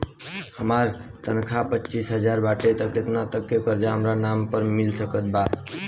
हमार तनख़ाह पच्चिस हज़ार बाटे त केतना तक के कर्जा हमरा नाम पर मिल सकत बा?